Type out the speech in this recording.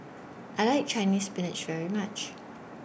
I like Chinese Spinach very much